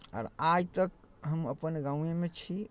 आओर आइ तक हम अपन गामेमे छी